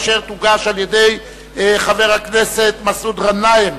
אשר תוגש על-ידי חבר הכנסת מסעוד גנאים,